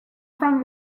from